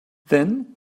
then